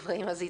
וחבל.